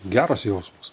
geras jausmas